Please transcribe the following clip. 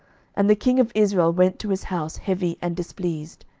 and the king of israel went to his house heavy and displeased,